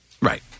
Right